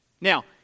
Now